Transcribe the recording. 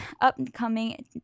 upcoming